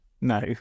No